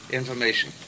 information